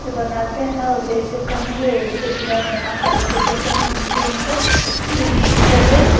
से बनाते हैं और जैसे कहेंगे वैसे डिजाइन बना कर के देते हैं जिससे हम को बिजनेस चले